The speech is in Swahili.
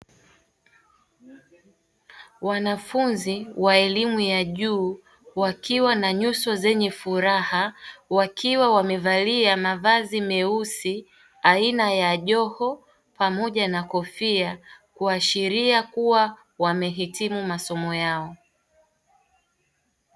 Wanafunzi wa elimu ya juu wakiwa na nyuso zenye furaha wakiwa wamevalia mavazi meusi aina ya joho pamoja na kofia, kuashiria kuwa wamehitimu masomo yao.